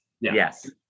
Yes